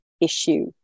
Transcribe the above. issue